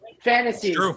fantasy